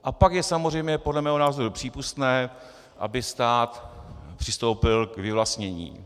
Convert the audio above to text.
A pak je samozřejmě podle mého názoru přípustné, aby stát přistoupil k vyvlastnění.